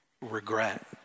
regret